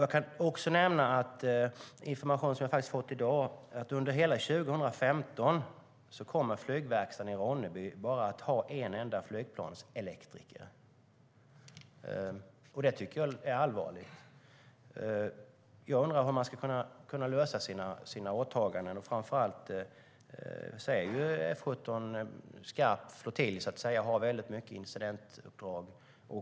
Jag kan nämna något om information som jag har fått i dag: Under hela 2015 kommer flygverkstaden i Ronneby bara att ha en enda flygplanselektriker. Det tycker jag är allvarligt. Jag undrar hur man ska kunna lösa sina åtaganden, framför allt med tanke på att F 17 är en skarp flottilj, så att säga, som har många incidentuppdrag.